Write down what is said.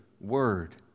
word